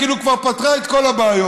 כאילו כבר פתרה את כל הבעיות,